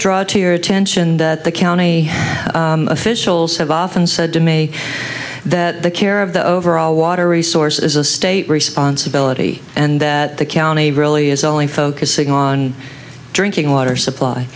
draw to your attention that the county officials have often said to me that the care of the overall water resources is a state responsibility and that the county really is only focusing on drinking water supply